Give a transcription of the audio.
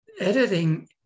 editing